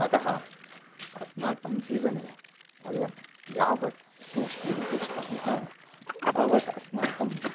अतः अस्माकं जीवने वयं यावत् तूष्णीं तिष्ठामः तावत् अस्माकं